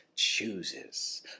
Chooses